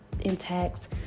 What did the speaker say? intact